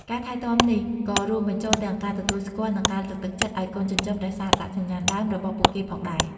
ការថែទាំនេះក៏រួមបញ្ចូលទាំងការទទួលស្គាល់ និងការលើកទឹកចិត្តឲ្យកូនចិញ្ចឹមរក្សាអត្តសញ្ញាណដើមរបស់ពួកគេផងដែរ។